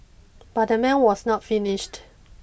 but the man was not finished